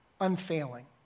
unfailing